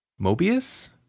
Mobius